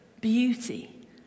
beauty